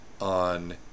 on